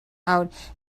out